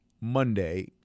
Monday